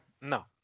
No